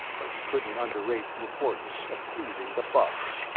but you couldn't underrate the importance of pleasing the buffs.